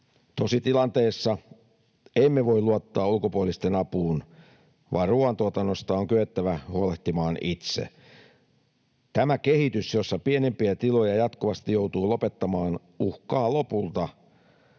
Tositilanteessa emme voi luottaa ulkopuolisten apuun, vaan ruoantuotannosta on kyettävä huolehtimaan itse. Tämä kehitys, jossa pienimpiä tiloja jatkuvasti joutuu lopettamaan, uhkaa lopulta